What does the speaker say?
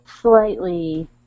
slightly